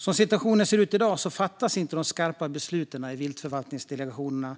Som situationen ser ut i dag fattas inte de skarpa besluten i viltförvaltningsdelegationerna,